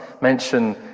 mention